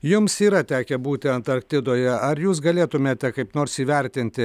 jums yra tekę būti antarktidoje ar jūs galėtumėte kaip nors įvertinti